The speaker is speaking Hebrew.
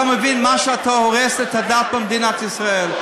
אתה מבין שאתה הורס את הדת במדינת ישראל?